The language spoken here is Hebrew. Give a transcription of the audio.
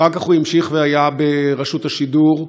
אחר כך הוא המשיך והיה ברשות השידור,